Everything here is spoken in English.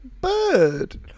bird